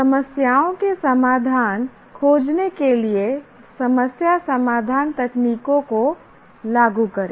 समस्याओं के समाधान खोजने के लिए समस्या समाधान तकनीकों को लागू करें